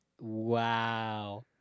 Wow